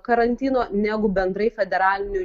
karantino negu bendrai federaliniu